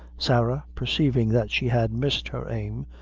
sarah, perceiving that she had missed her aim,